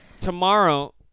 tomorrow